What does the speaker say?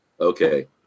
Okay